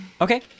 Okay